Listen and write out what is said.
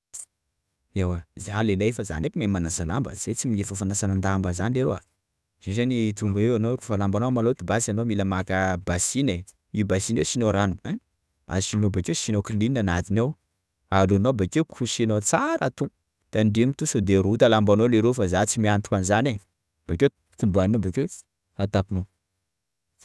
Ewa za lehilahy fa za ndreky mahay manasa lamba zahay tsy milefa fanasan-damba zany leroa, izy io zany tonga eo anao, kôfa lambanao maloto, basy anao mila maka basiny e! _x000D_ Io basiny io asianao rano, ein! asinao, bakeo asinao klin anatinao, arohinao bakeo kosehinao tsara to, tandremo to sao de rota lambanao leroa fa za tsy miantoka anzany e! bakeo kobaninao, bakeo atapinao.